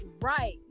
right